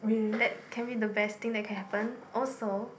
that can be the best thing that can happen also